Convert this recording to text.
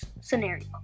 scenario